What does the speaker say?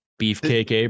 beefcake